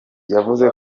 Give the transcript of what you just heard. yavuze